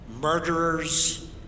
murderers